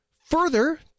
Further